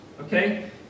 okay